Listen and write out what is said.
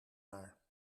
haar